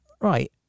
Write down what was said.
Right